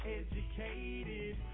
educated